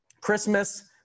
Christmas